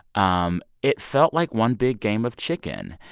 um it felt like one big game of chicken.